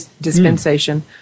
dispensation